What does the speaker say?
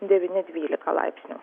devyni dvylika laipsnių